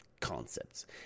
concepts